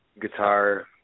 guitar